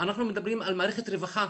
אנחנו מדברים על מערכת רווחה